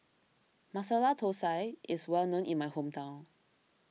Masala Thosai is well known in my hometown